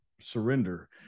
surrender